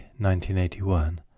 1981